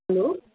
hello